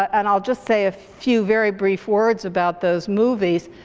and i'll just say a few very brief words about those movies,